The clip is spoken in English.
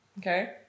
okay